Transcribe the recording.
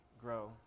grow